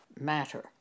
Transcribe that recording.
matter